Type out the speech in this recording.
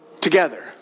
together